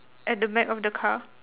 at the back of the car